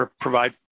provide